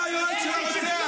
אתה אומר לנו שאנחנו אורחים?